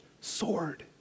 sword